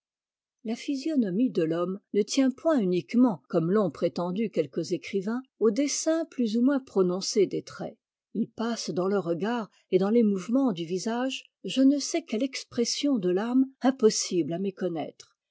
la physionomie de l'homme ne tient point uniquement comme l'ont prétendu quelques écrivains au dessin plus ou moins prononcé des traits il passe dans le regard et dans les mouvements du visage je ne sais quelle expression de l'âme impossible à méconnaître